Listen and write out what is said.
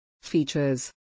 Features